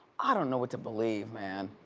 i don't know what to believe, man.